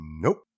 Nope